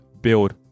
build